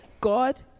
God